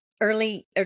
early